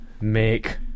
make